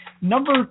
Number